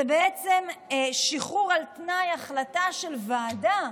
זה בעצם שחרור על תנאי, החלטה של ועדה.